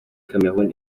cameroun